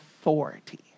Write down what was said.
authority